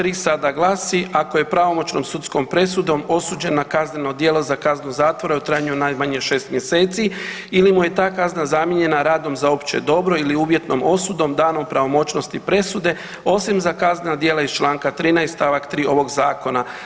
3. sada glasi: Ako je pravomoćnom sudskom presudom osuđen na kazneno djelo za kaznu zatvora u trajanju od najmanje 6 mjeseci ili mu je ta kazna zamijenjena radom za opće dobro ili uvjetnom osudom danom pravomoćnosti presude, osim za kaznena djela iz čl. 13. st. 3. ovog zakona.